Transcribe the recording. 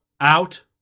Out